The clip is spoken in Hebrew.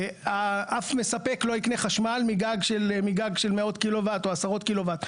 אף מספק לא יקנה חשמל מגג של מאות קילוואט או עשרות קילוואט.